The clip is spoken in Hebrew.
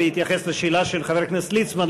בהתייחס לשאלה של חבר הכנסת ליצמן,